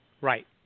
Right